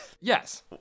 Yes